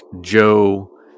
Joe